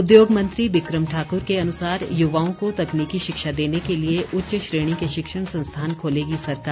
उद्योग मंत्री बिक्रम ठाकुर के अनुसार युवाओं को तकनीकी शिक्षा देने के लिए उच्च श्रेणी के शिक्षण संस्थान खोलेगी सरकार